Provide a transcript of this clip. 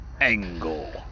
Angle